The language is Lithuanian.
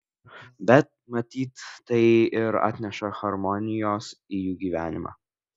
bet matyt tai ir atneša harmonijos į jų gyvenimą